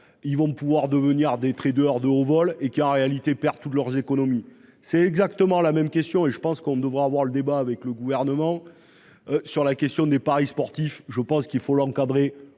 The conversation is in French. Ils vont pouvoir devenir des traders de haut vol et qui en réalité perd toutes leurs économies, c'est exactement la même question et je pense qu'on devrait avoir le débat avec le gouvernement. Sur la question des paris sportifs, je pense qu'il faut l'encadrer